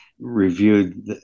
reviewed